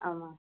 ஆமாம்